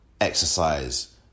exercise